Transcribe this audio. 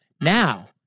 now